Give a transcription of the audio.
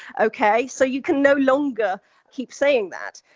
okay, so you can no longer keep saying that.